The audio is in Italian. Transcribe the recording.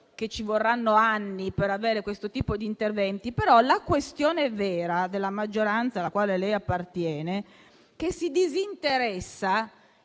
che ci vorranno anni per realizzare questo tipo di interventi, la questione vera è che la maggioranza alla quale lei appartiene si disinteressa